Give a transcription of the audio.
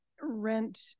rent